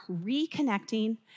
reconnecting